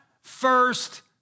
first